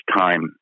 time